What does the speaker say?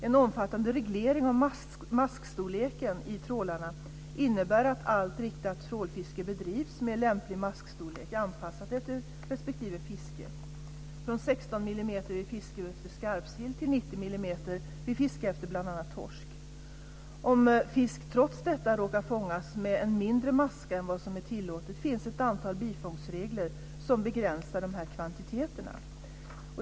En omfattande reglering av maskstorleken i trålarna innebär att allt riktat trålfiske bedrivs med lämplig maskstorlek, anpassad efter respektive fiske - från 16 millimeter vid fiske efter skarpsill till 90 millimeter vid fiske efter bl.a. torsk. Om fisk trots detta råkar fångas med en mindre maska än vad som är tillåtet finns ett antal bifångstregler som begränsar kvantiteterna.